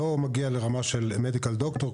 הוא לא מגיע לרמה של מדיקל דוקטור,